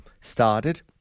started